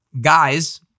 Guys